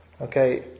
Okay